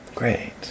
Great